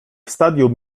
stadium